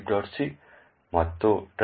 c ಮತ್ತು driver